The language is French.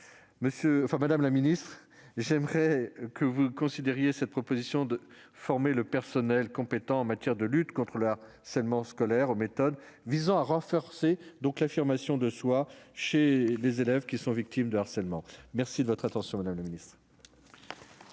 Madame la secrétaire d'État, j'aimerais que vous considériez cette proposition de former le personnel compétent en matière de lutte contre le harcèlement scolaire aux méthodes visant à renforcer l'affirmation de soi chez les élèves qui en sont victimes. La parole est à Mme Sabine